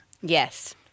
Yes